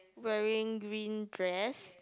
wearing green dress